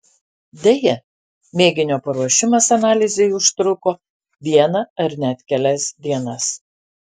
deja mėginio paruošimas analizei užtrukdavo vieną ar net kelias dienas